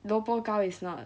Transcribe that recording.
萝卜糕 is not